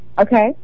Okay